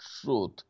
truth